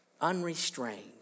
unrestrained